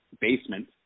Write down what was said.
basement